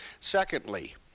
Secondly